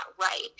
right